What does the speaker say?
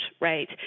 right